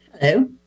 Hello